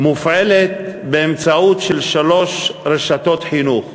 מופעלת באמצעותן של שלוש רשתות חינוך: